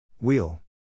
Wheel